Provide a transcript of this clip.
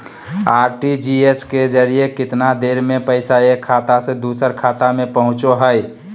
RTGS के जरिए कितना देर में पैसा एक खाता से दुसर खाता में पहुचो है?